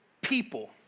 people